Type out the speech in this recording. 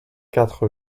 quatre